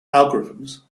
algorithms